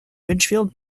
ridgefield